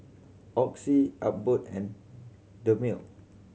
Oxy Abbott and Dermale